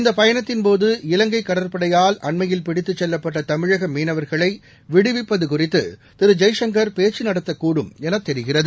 இந்த பயணத்தின்போது இலங்கை கடற்படையால் அண்மையில் பிடித்துச்செல்லப்பட்ட தமிழக மீனவர்களை விடுவிப்பது குறித்து திரு ஜெய்சங்கர் பேச்சு நடத்தக்கூடும் என தெரிகிறது